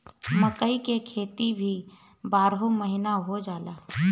मकई के खेती भी बारहो महिना हो जाला